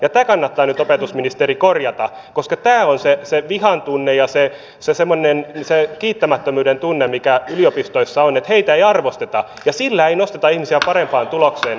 tämä kannattaa nyt opetusministeri korjata koska tämä on se vihantunne ja semmoinen kiittämättömyyden tunne mikä yliopistoissa on että heitä ei arvosteta ja sillä ei nosteta ihmisiä parempaan tulokseen